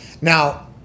now